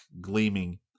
gleaming